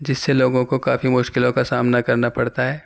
جس سے لوگوں کو کافی مشکلوں کا سامنا کرنا پڑتا ہے